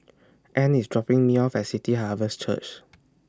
Anne IS dropping Me off At City Harvest Church